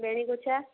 ବେଣୀ ଗୁଚ୍ଛା